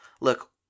Look